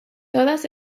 todas